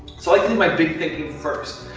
so, i think my big thinking first.